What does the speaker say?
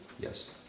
Yes